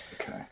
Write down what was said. Okay